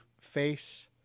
face